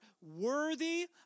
worthy